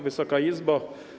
Wysoka Izbo!